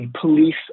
police